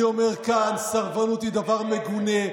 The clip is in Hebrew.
אני אומר כאן, סרבנות היא דבר מגונה.